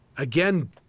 Again